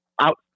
out